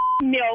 milk